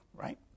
right